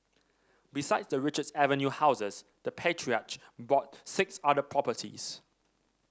besides the Richards Avenue houses the patriarch bought six other properties